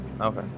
Okay